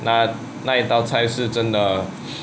那那一道菜是真的